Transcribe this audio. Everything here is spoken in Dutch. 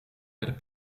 werden